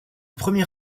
premier